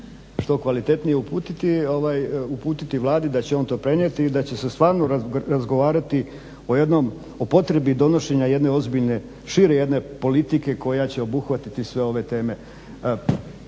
što kvalitetnije uputiti Vladi da će on to prenijeti ili da će se stvarno razgovarati o jednom, o potrebi donošenja šire jedne politike koja će obuhvatiti sve ove teme.